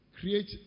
create